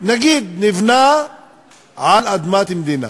נגיד שנבנה על אדמת המדינה,